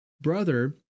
brother